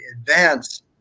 advance